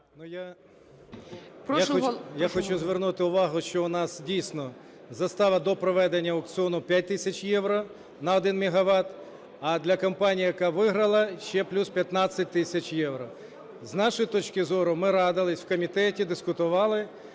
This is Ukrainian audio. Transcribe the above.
я хочу звернути увагу, що у нас дійсно застава до проведення аукціону 5 тисяч євро на 1 мегават, а для компанії, яка виграла, ще плюс 15 тисяч євро. З нашої точки зору, ми радилися в комітеті, дискутували,